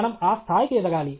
మనం ఆ స్థాయికి ఎదగాలి